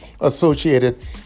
associated